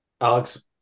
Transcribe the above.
Alex